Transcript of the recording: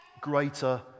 greater